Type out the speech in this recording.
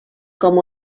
com